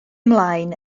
ymlaen